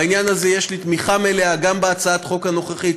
בעניין הזה יש לי תמיכה מלאה גם בהצעת החוק הנוכחית,